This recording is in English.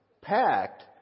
packed